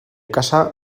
kasa